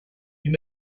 you